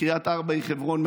קריית ארבע היא חברון,